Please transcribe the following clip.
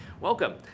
welcome